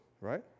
right